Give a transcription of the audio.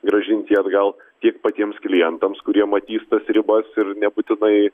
grąžinti atgal tiek patiems klientams kurie matys tas ribas ir nebūtinai